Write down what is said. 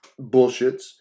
bullshits